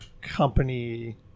company